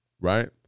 right